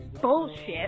bullshit